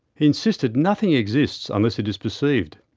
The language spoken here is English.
insisted nothing exists unless it is perceived.